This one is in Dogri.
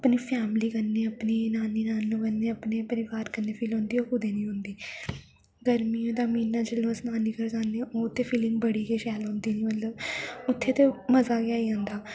अपनी फैमली कन्नै अपने नानी नानु कन्नै अपने परिवार कन्नै फील होंदी ओह् कुदै नी होंदी गर्मिये दा म्हीना जदूं अस नानी घर जन्ने आं ओह् ते फिलिंग बड़ी गै शैल होंदी मतलब उत्थै ते मजा गै आई जन्दा